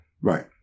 Right